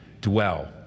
dwell